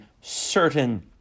certain